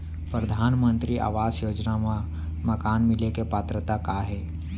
परधानमंतरी आवास योजना मा मकान मिले के पात्रता का हे?